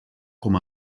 com